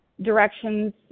directions